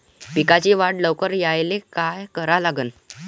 पिकाची वाढ लवकर करायले काय करा लागन?